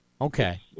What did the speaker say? Okay